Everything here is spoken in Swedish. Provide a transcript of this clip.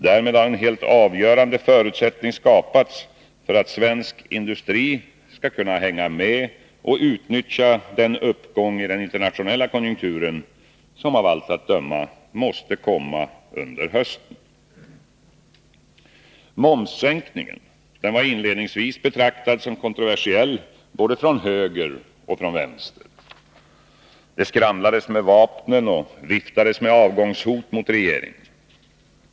Därmed har en helt avgörande förutsättning skapats för att svensk industri skall kunna hänga med och utnyttja den uppgång i den internationella konjunkturen som av allt att döma måste komma under hösten. Momssänkningen var inledningsvis betraktad som kontroversiell både från höger och vänster. Det skramlades med vapnen och viftades med avgångshot mot regeringen.